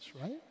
right